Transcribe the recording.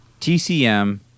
TCM